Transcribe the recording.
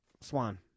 Swan